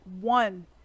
one